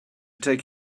take